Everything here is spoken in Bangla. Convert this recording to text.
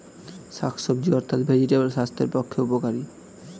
শাকসবজি অর্থাৎ ভেজিটেবল স্বাস্থ্যের পক্ষে উপকারী